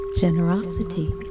Generosity